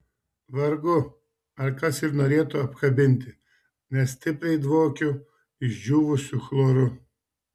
vargu ar kas ir norėtų apkabinti nes stipriai dvokiu išdžiūvusiu chloru